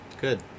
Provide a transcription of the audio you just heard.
Good